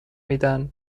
میدن